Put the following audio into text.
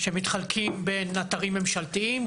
שמתחלקים בין אתרים ממשלתיים,